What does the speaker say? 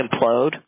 implode